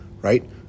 right